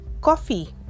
coffee